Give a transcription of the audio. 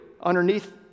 underneath